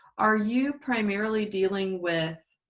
are you primarily dealing with